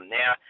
now